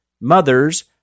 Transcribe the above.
mothers